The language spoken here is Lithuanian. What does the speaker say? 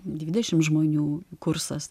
dvidešim žmonių kursas